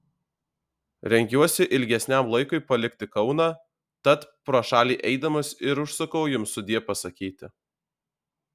rengiuosi ilgesniam laikui palikti kauną tat pro šalį eidamas ir užsukau jums sudie pasakyti